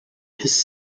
his